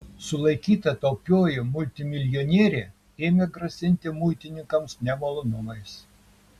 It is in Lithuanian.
sulaikyta taupioji multimilijonierė ėmė grasinti muitininkams nemalonumais